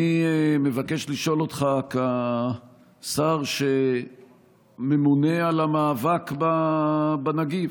אני מבקש לשאול אותך, כשר שממונה על המאבק בנגיף: